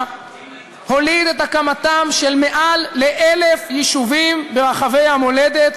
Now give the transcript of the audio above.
הוליד את הקמתם של מעל 1,000 יישובים ברחבי המולדת,